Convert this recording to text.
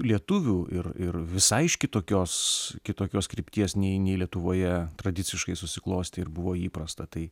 lietuvių ir ir visai iš kitokios kitokios krypties nei nei lietuvoje tradiciškai susiklostė ir buvo įprasta tai